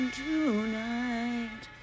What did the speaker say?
tonight